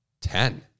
ten